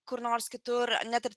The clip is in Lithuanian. kur nors kitur net ir